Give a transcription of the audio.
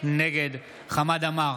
נגד חמד עמאר,